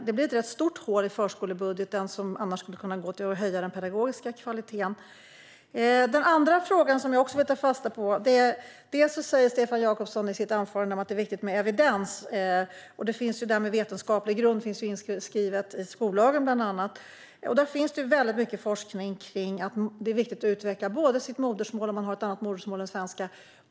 Det blir ett rätt stort hål i förskolebudgeten som annars skulle kunna gå till att höja den pedagogiska kvaliteten. Det finns en annan fråga jag vill ta fasta på. Stefan Jakobsson sa i sitt anförande att det är viktigt med evidens. Vetenskaplig grund finns inskriven i skollagen. Det finns mycket forskning som visar att det är viktigt att utveckla sitt modersmål om man har ett annat modersmål än svenska.